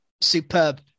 superb